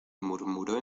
murmuró